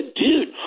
dude